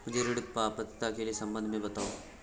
मुझे ऋण पात्रता के सम्बन्ध में बताओ?